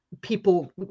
people